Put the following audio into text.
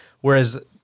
Whereas